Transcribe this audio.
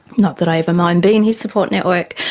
not that i ever mind being his support network,